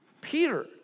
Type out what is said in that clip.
Peter